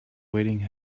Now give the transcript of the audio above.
waiting